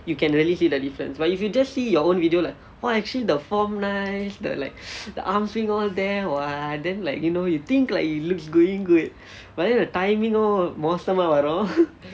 you can really see the difference but if you just see your own video like oh actually the form nice the like the arm swing all there what then like you know you think like it looks going good but then the timing all மோசமா வரும்:mosamaa varum